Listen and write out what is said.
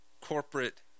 corporate